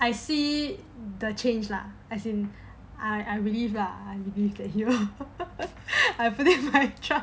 I see the change lah as in I I believe lah maybe you know I put in my trust